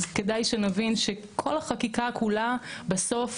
אז כדאי שנבין שכל החקיקה כולה בסוף